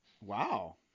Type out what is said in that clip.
Wow